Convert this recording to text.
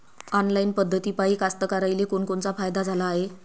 Online पद्धतीपायी कास्तकाराइले कोनकोनचा फायदा झाला हाये?